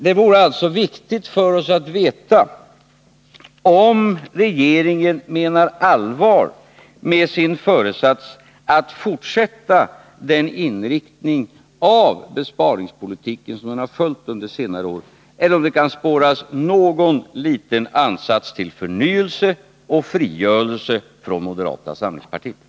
Det är alltså viktigt för oss att få veta om regeringen menar allvar med sin föresats att fortsätta den inriktning av besparingspolitiken som den har följt under senare år eller om det kan spåras någon liten ansats till förnyelse och frigörelse från moderata samlingspartiet.